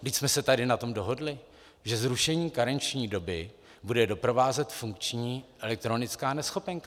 Vždyť jsme se tady na tom dohodli, že zrušení karenční doby bude doprovázet funkční elektronická neschopenka.